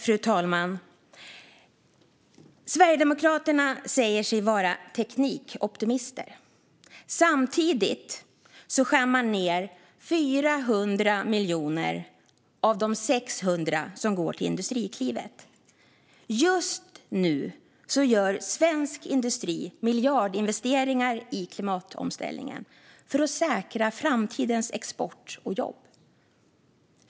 Fru talman! Sverigedemokraterna säger sig vara teknikoptimister. Samtidigt skär man ned 400 miljoner av de 600 som går till Industriklivet. Just nu gör svensk industri miljardinvesteringar i klimatomställningen för att säkra framtidens export och jobb.